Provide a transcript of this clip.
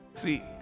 See